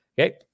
Okay